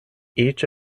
each